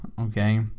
okay